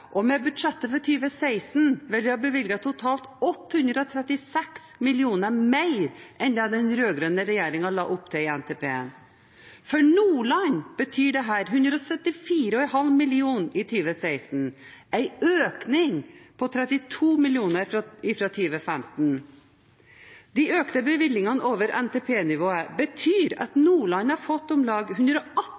og med budsjettet for 2016 vil vi ha bevilget totalt 836 mill. kr mer enn det den rød-grønne regjeringen la opp til i NTP-en. For Nordland betyr dette 174,5 mill. kr i 2016 – en økning på 32 mill. kr fra 2015. De økte bevilgningene over NTP-nivået betyr at Nordland har fått om lag 118